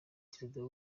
perezida